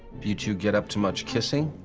do you two get up to much kissing?